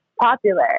popular